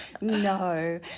No